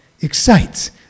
excites